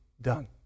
done